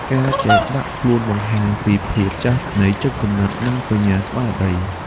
ការចេះដាក់ខ្លួន បង្ហាញពីភាពចាស់ទុំនៃចិត្តគំនិត និងបញ្ញាស្មារតី។